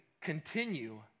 continue